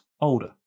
older